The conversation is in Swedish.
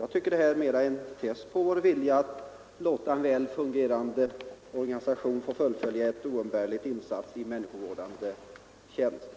Jag tycker att detta är en test på vår vilja att låta en väl fungerande organisation få fullfölja en oumbärlig insats i människovårdande tjänst.